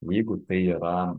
jeigu tai yra